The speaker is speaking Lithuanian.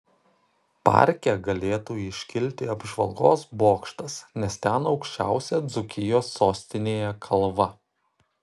parke galėtų iškilti apžvalgos bokštas nes ten aukščiausia dzūkijos sostinėje kalva